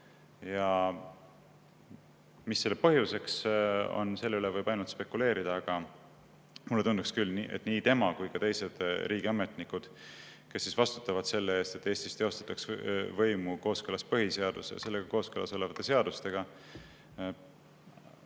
Mis selle põhjuseks on, selle üle võib ainult spekuleerida. Aga mulle tundub küll, et nii tema kui ka teised riigiametnikud, kes vastutavad selle eest, et Eestis teostatakse võimu kooskõlas põhiseaduse ja sellega kooskõlas olevate seadustega,